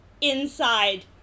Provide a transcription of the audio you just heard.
inside